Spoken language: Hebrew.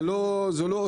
זה לא זה לא אותו הדבר הזה.